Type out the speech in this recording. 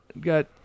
Got